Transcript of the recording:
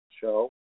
show